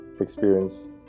experience